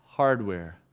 hardware